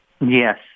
Yes